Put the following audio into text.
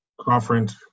conference